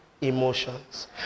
emotions